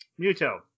Muto